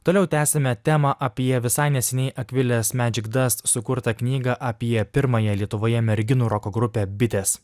toliau tęsiame temą apie visai neseniai akvilės medžegdas sukurtą knygą apie pirmąją lietuvoje merginų roko grupę bitės